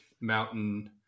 mountain